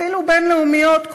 אפילו בין-לאומיות,